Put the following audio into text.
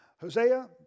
Hosea